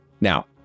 Now